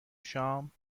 شام